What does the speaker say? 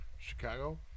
Chicago